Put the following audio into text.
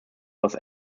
was